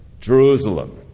Jerusalem